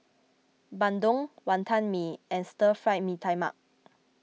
Bandung Wantan Mee and Stir Fried Mee Tai Mak